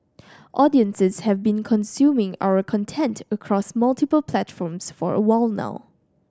audiences have been consuming our content across multiple platforms for a while now